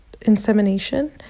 insemination